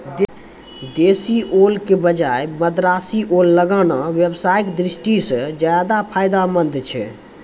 देशी ओल के बजाय मद्रासी ओल लगाना व्यवसाय के दृष्टि सॅ ज्चादा फायदेमंद छै